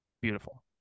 beautiful